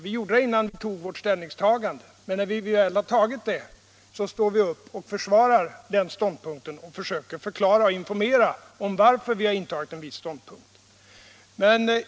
Vi gör det innan vi tagit ställning, men när vi tagit ställning står vi upp och försvarar vår ståndpunkt och förklarar och informerar varför vi intagit den.